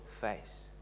face